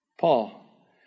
Paul